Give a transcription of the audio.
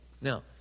Now